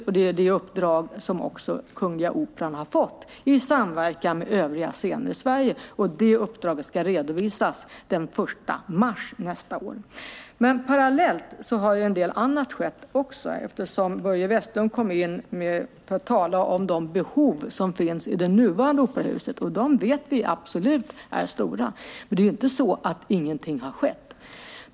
Det är också det uppdrag som Kungliga Operan har fått, i samverkan med övriga scener i Sverige. Det uppdraget ska redovisas den 1 mars nästa år. Parallellt har en del annat skett. Börje Vestlund talade om de behov som finns i det nuvarande operahuset. Vi vet absolut att de behoven är stora. Men det är ju inte så att ingenting har skett.